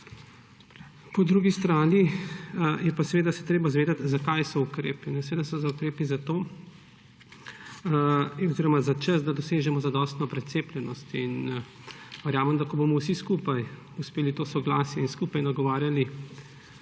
Po drugi strani pa se je treba zavedati, zakaj so ukrepi. Seveda so ukrepi za čas, da dosežemo zadostno precepljenost. Verjamem, ko bomo vsi skupaj dosegli to soglasje in skupaj nagovarjali